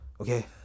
Okay